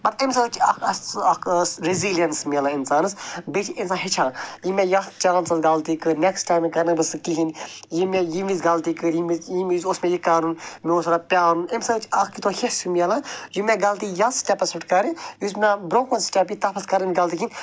پتہِ اَمہِ سۭتۍ چھِ اکھ اکھ سُہ اَکھ ٲس رٮ۪زیٖلیَنٕس مِلان انسانس بیٚیہِ چھِ انسان ہیٚچھان یِم مےٚ یتھ چانسَن غلطی کٔر نٮ۪کٕس ٹایم کَرٕنہٕ بہٕ سُہ کِہینۍ یِم مےٚ ییٚمہِ وِزِ غلطی کٔرۍ ییٚمہِ وِزِ اوس مےٚ یہِ کرُن مےٚ اوس تھوڑا پیٛارُن اَمہِ سۭتۍ چھِ اَکھ تۄہہِ ہٮ۪س ہیوٗ مِلان یِم مےٚ غلطی یتھ سٕٹٮ۪پَس پٮ۪ٹھ کَرِ یُس مےٚ برٛونٛہہ کُن سٕٹٮ۪پ یی تَتھ منٛز کَرٕنۍ غلطی کِہینۍ